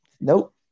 Nope